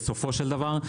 בסופו של דבר,